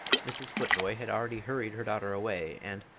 mrs. futvoye had already hurried her daughter away, and,